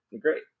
great